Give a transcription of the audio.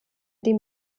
dem